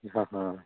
ਹਾਂ ਹਾਂ